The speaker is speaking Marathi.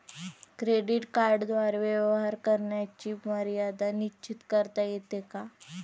क्रेडिट कार्डद्वारे व्यवहार करण्याची मर्यादा निश्चित करता येते का?